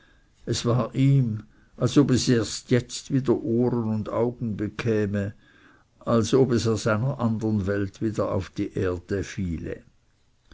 es war ihm als ob es erst jetzt wieder ohren und augen bekäme als ob es aus einer andern welt wieder auf erden fiele